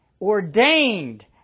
ordained